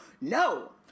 No